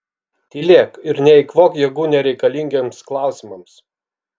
tylėk ir neeikvok jėgų nereikalingiems klausimams